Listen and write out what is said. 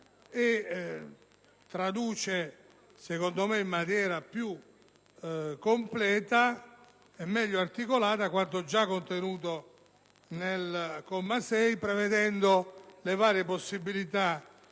traduce, a mio parere in maniera più completa e meglio articolata, quanto già contenuto nel comma 6, prevedendo le varie possibilità